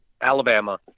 Alabama